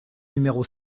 numéro